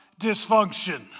dysfunction